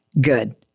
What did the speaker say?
Good